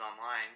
online